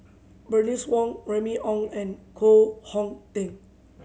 Bernice Wong Remy Ong and Koh Hong Teng